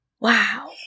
Wow